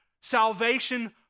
Salvation